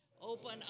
Open